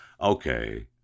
Okay